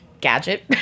gadget